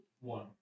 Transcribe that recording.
One